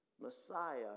Messiah